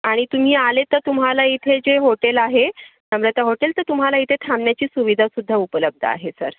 आणि तुम्ही आले तर तुम्हाला इथे जे होटेल आहे नम्रता होटेल तर तुम्हाला इथे थांबण्याची सुविधा सुद्धा उपलब्ध आहे सर